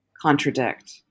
contradict